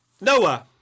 Noah